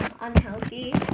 unhealthy